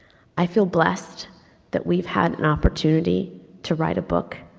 i feel blessed that we've had an opportunity to write a book,